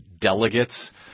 delegates